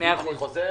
אם אני חוזר,